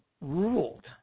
ruled